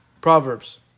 Proverbs